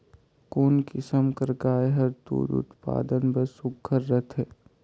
कोन किसम कर गाय हर दूध उत्पादन बर सुघ्घर रथे?